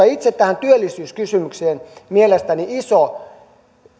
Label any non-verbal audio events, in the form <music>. <unintelligible> itse tähän työllisyyskysymykseen mielestäni iso